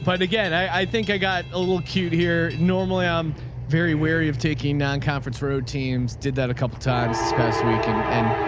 but again, i think i got a little cute here. normally i'm very wary of taking non-conference road teams. did that a couple of times this past week and and